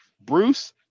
Bruce